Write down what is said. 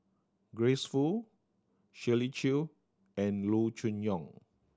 Grace Fu Shirley Chew and Loo Choon Yong